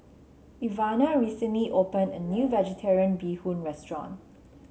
Ivana recently opened a new vegetarian Bee Hoon restaurant